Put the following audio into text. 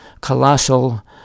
colossal